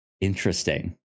Interesting